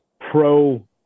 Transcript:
pro